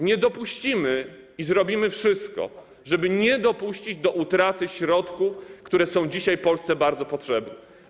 Nie dopuścimy i zrobimy wszystko, żeby nie dopuścić do utraty środków, które są dzisiaj Polsce bardzo potrzebne.